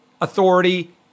authority